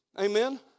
Amen